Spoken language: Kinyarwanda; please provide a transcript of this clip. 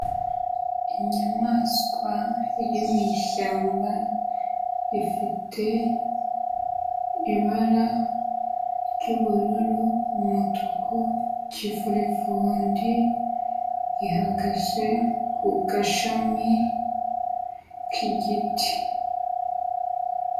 Inyamaswa iri mu ishyamba, ifite ibara ry'ubururu, umutuku, ikivurivundi, ihagaze ku gashami k'igiti.